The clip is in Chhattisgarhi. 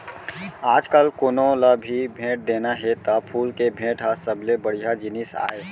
आजकाल कोनों ल भी भेंट देना हे त फूल के भेंट ह सबले बड़िहा जिनिस आय